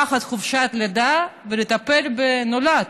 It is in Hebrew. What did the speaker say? לקחת חופשת לידה ולטפל בנולד.